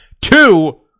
Two